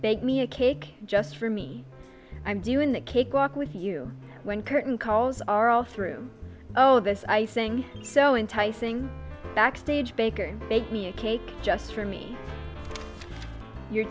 beg me a cake just for me i'm doing the cake walk with you when curtain calls are all through oh this icing so enticing backstage baker make me a cake just for me you